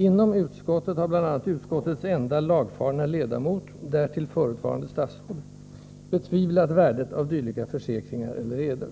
Inom utskottet har bl.a. utskottets enda lagfarna ledamot, därtill förutvarande statsråd, betvivlat värdet av dylika försäkringar eller eder.